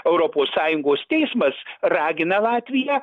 europos sąjungos teismas ragina latviją